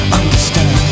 understand